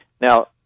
Now